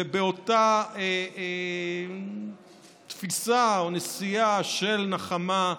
ובאותה תפיסה או נשיאה של נחמה,